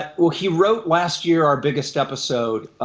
ah, well, he wrote, last year, our biggest episode.